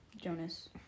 Jonas